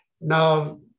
Now